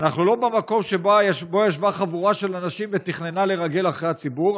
אנחנו לא במקום שבו ישבה חבורה של אנשים ותכננה לרגל אחרי הציבור,